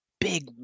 big